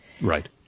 Right